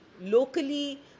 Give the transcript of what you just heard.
locally